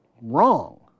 wrong